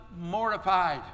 mortified